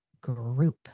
group